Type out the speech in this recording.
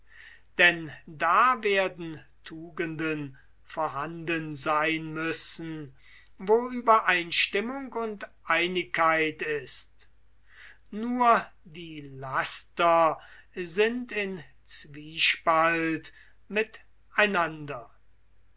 denn da werden tugenden vorhanden sein müssen wo uebereinstimmung und einigkeit ist die laster sind in zwiespalt